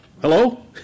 hello